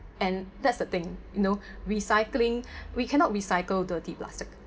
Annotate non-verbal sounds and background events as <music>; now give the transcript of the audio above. and that's the thing you know recycling <breath> we cannot recycle dirty plastic